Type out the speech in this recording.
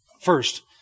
First